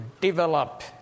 develop